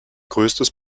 größtes